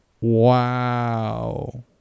Wow